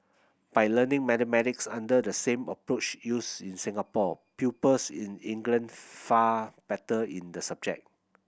by learning mathematics under the same approach used in Singapore pupils in England fared better in the subject